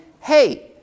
hey